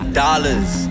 dollars